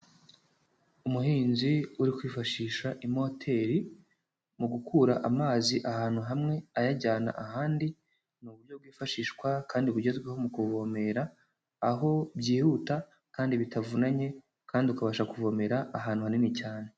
Umuhinzi uri kwifashisha imoteri mu gukura amazi ahantu hamwe ayajyana ahandi, ni uburyo bwifashishwa kandi bugezweho mu kuvomera, aho byihuta kandi bitavuanye kandi ukabasha kuvomera ahantu hanini cyane.